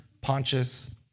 Pontius